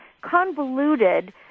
convoluted